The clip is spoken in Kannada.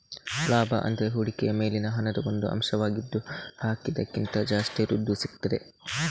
ಲಾಭ ಅಂದ್ರೆ ಹೂಡಿಕೆಯ ಮೇಲಿನ ಹಣದ ಒಂದು ಅಂಶವಾಗಿದ್ದು ಹಾಕಿದ್ದಕ್ಕಿಂತ ಜಾಸ್ತಿ ದುಡ್ಡು ಸಿಗ್ತದೆ